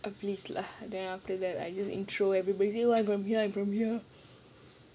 please lah then after that I just intro everybody say oh I'm from here I'm from here